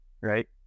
right